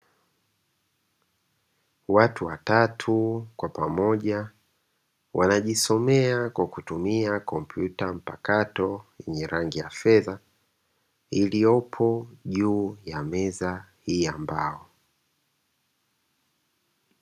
Watu watatu kwa pamoja wanajisomea kwa kutumia kompyuta mpakato yenye rangi ya fedha iliyopo juu ya meza hii ya mbao.